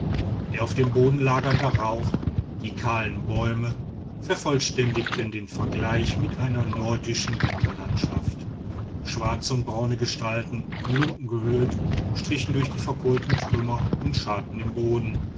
der auf dem boden lagernde rauch die kahlen bäume vervollständigten den vergleich mit einer nordischen winterlandschaft schwarze und braune gestalten in lumpen gehüllt strichen durch die verkohlten trümmer und scharrten im boden